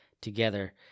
together